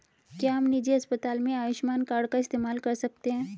क्या हम निजी अस्पताल में आयुष्मान कार्ड का इस्तेमाल कर सकते हैं?